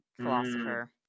philosopher